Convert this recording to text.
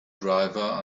driver